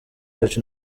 yacu